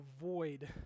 avoid